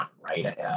right